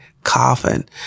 Coffin